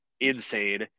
insane